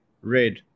red